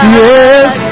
yes